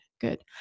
good